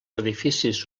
edificis